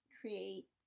create